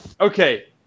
okay